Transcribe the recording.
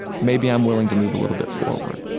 maybe i'm willing to move a little bit forward.